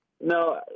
No